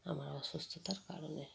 আমার অসুস্থতার কারণে